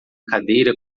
cadeira